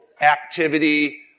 activity